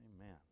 Amen